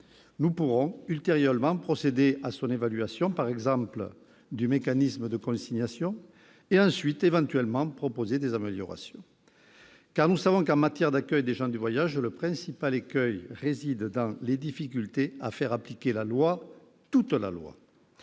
Nous pourrons, ultérieurement, procéder à son évaluation- je pense, par exemple, au mécanisme de consignation -et proposer éventuellement des améliorations. En effet, nous le savons, en matière d'accueil des gens du voyage, le principal écueil réside dans les difficultés à faire appliquer la loi, toute la loi.